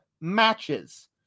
matches